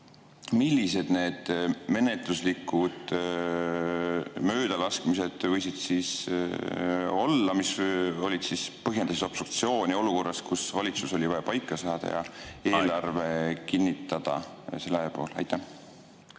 Millised need menetluslikud möödalaskmised võisid olla, mis põhjendasid obstruktsiooni olukorras, kus valitsus oli vaja paika saada ja eelarve kinnitada selle ajaga? Aitäh,